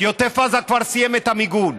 כי עוטף עזה כבר סיים את המיגון.